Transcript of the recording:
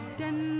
denn